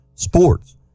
Sports